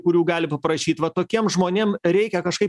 kurių gali paprašyt va tokiem žmonėm reikia kažkaip